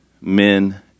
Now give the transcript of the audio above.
men